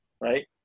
Right